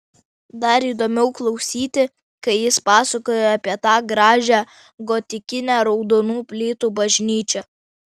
dar įdomiau klausyti kai jis pasakoja apie tą gražią gotikinę raudonų plytų bažnyčią